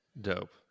dope